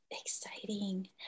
exciting